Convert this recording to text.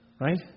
right